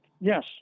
Yes